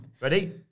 Ready